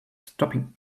stopping